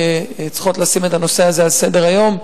צריכים לשים את הנושא הזה על סדר-היום,